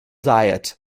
diet